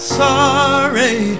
sorry